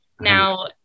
Now